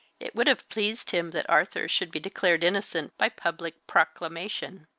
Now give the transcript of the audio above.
it would have pleased him that arthur should be declared innocent by public proclamation.